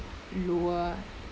lower